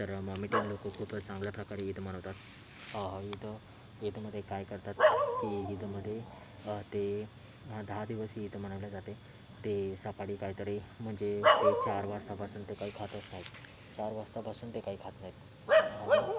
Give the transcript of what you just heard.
तर मोमेडियन लोकं खूपच चांगल्या प्रकारे ईद मनवतात ईद ईदमध्ये काय करतात की ईदमध्ये ते दहा दिवस ईद मनवल्या जाते ते सकाळी काही तरी म्हणजे ते चार वाजतापासून ते काही खातच नाही चार वाजतापासून ते काही खात नाही